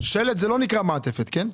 שלד לא נקרא מעטפת, נכון?